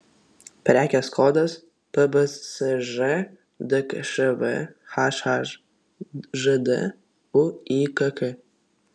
prekės kodas pbsž dkšv hhžd uykk